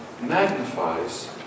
magnifies